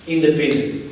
independent